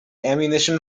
ammunition